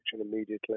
immediately